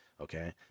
okay